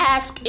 Ask